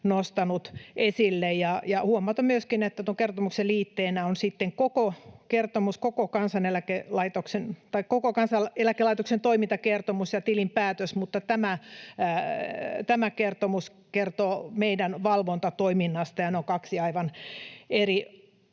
nostanut esille. Huomautan myöskin, että tuon kertomuksen liitteenä on sitten koko kertomus, koko Kansaneläkelaitoksen toimintakertomus ja tilinpäätös, mutta tämä kertomus kertoo meidän valvontatoiminnastamme, ja ne ovat kaksi aivan eri